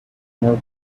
more